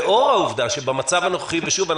לאור העובדה שבמצב הנוכחי ושוב,